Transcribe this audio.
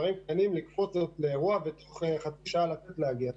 שיודעים לקפוץ לאירוע בתוך חצי שעה לצאת ולהגיע.